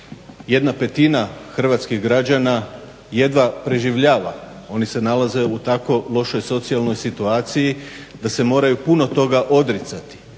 da 1/5 hrvatskih građana jedva preživljava, oni se nalaze u tako lošoj socijalnoj situaciji da se moraju puno toga odricati.